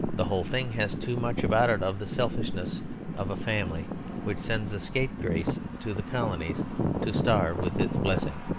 the whole thing has too much about it of the selfishness of a family which sends a scapegrace to the colonies to starve with its blessing.